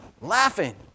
laughing